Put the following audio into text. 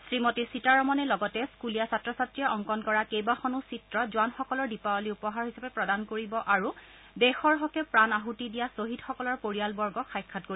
শ্ৰীমতী সীতাৰমণে লগতে স্কুলীয়া ছাত্ৰ ছাত্ৰীয়ে অংকণ কৰা কেইবাখনো চিত্ৰ জোৱানসকলক দীপাৱলীৰ উপহাৰ হিচাপে প্ৰদান কৰিব আৰু দেশৰ হকে প্ৰাণ আহতি দিয়া ছহিদসকলৰ পৰিয়ালবৰ্গক সাক্ষাৎ কৰিব